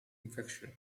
infections